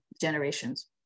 generations